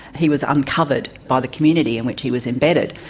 he was uncovered by the community in which he was embedded.